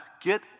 get